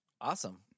Awesome